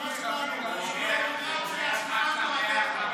הוא אומר חג שמח למתייוונים.